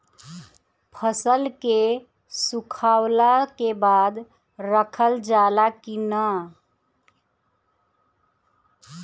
फसल के सुखावला के बाद रखल जाला कि न?